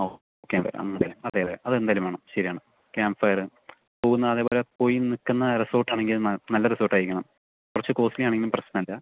okay ഞാൻ വരാം അതെ അതെ അതെന്തായാലും വേണം ശരിയാണ് ക്യാമ്പ് ഫയറ് പോകുന്ന അതേപോലെ പോയി നിൽക്കുന്ന റിസോർട്ടാണെങ്കിലും നല്ല റിസോർട്ടായിരിക്കണം കുറച്ച് കോസ്റ്റലി ആണെങ്കിലും പ്രശ്നമല്ല